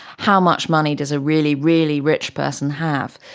how much money does a really, really rich person have?